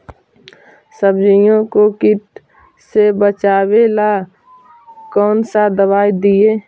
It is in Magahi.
सब्जियों को किट से बचाबेला कौन सा दबाई दीए?